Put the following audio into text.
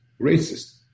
racist